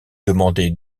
demander